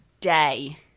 day